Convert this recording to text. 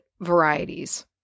varieties